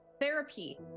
Therapy